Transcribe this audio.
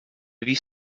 you